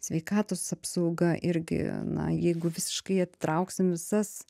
sveikatos apsauga irgi na jeigu visiškai atitrauksim visas